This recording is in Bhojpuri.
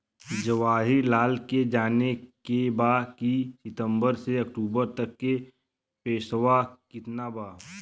जवाहिर लाल के जाने के बा की सितंबर से अक्टूबर तक के पेसवा कितना बा?